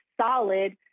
solid